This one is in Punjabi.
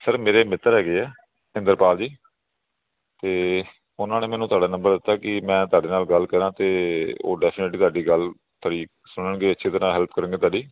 ਸਰ ਮੇਰੇ ਮਿੱਤਰ ਹੈਗੇ ਹੈ ਇੰਦਰਪਾਲ ਜੀ ਅਤੇ ਉਹਨਾਂ ਨੇ ਮੈਨੂੰ ਤੁਹਾਡਾ ਨੰਬਰ ਦਿੱਤਾ ਕਿ ਮੈਂ ਤੁਹਾਡੇ ਨਾਲ ਗੱਲ ਕਰਾਂ ਅਤੇ ਉਹ ਡੈਫੀਨੇਟਲੀ ਤੁਹਾਡੀ ਗੱਲ ਤਰੀਕ ਸੁਣਨਗੇ ਅੱਛੀ ਤਰ੍ਹਾਂ ਹੈਲਪ ਕਰਨਗੇ ਤੁਹਾਡੀ